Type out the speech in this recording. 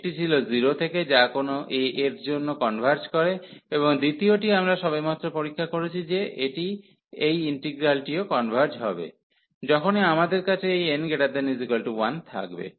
একটি ছিল 0 থেকে যা যেকোন a এর জন্য কনভার্জ করে এবং দ্বিতীয়টি আমরা সবেমাত্র পরীক্ষা করেছি যে এই ইন্টিগ্রালটিও কনভার্জ হবে যখনই আমাদের কাছে এই n≥1 থাকবে